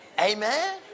Amen